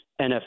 NFT